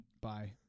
Bye